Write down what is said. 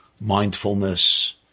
mindfulness